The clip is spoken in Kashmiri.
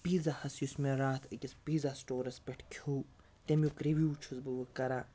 پیٖزاہَس یُس مےٚ راتھ أکِس پیٖزا سٹورَس پٮ۪ٹھ کھیوٚ تَمیُک رِوِو چھُس بہٕ وۄنۍ کَران